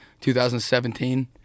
2017